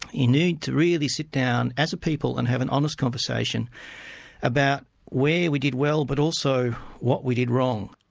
you need to really sit down as a people and have an honest conversation about where we did well, but also what we did wrong.